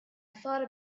thought